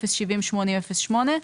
070808,